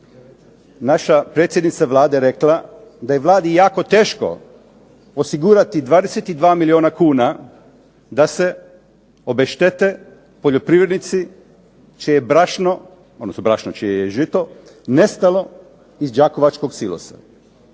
naša predsjednica Vlade rekla, da je Vladi jako teško osigurati 22 milijuna kuna da se obeštete poljoprivrednici čije je brašno, odnosno brašno čije je žito, nestalo iz Đakovačih silosa.